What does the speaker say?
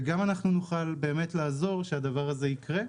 וגם נוכל לעזור שהדבר הזה יקרה.